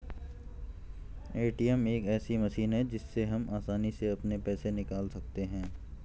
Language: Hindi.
ए.टी.एम एक ऐसी मशीन है जिससे हम आसानी से अपने पैसे निकाल सकते हैं